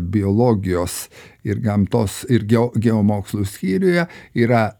biologijos ir gamtos ir geo geomokslų skyriuje yra